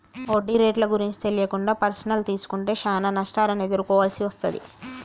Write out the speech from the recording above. వడ్డీ రేట్లు గురించి తెలియకుండా పర్సనల్ తీసుకుంటే చానా నష్టాలను ఎదుర్కోవాల్సి వస్తది